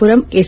Puram S